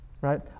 right